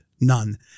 None